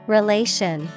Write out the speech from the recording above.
Relation